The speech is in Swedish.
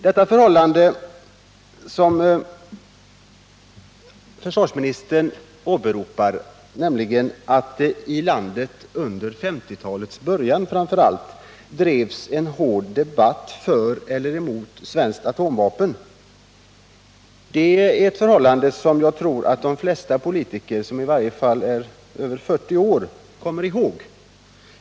Det av försvarsministern åberopade förhållandet att det framför allt i slutet av 1950-talet drevs en mycket hård debatt för eller emot svenskt atomvapen tror jag de flesta politiker, i varje fall de som är över 40 år, kommer ihåg.